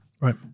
Right